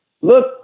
Look